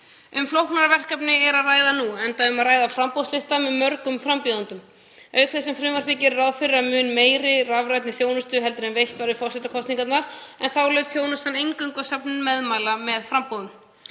Um flóknara verkefni er að ræða nú enda um að ræða framboðslista með mörgum frambjóðendum auk þess sem frumvarpið gerir ráð fyrir mun meiri rafrænni þjónustu en veitt var við forsetakosningarnar en þá laut þjónustan eingöngu að söfnun meðmæla með framboðum.